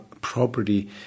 property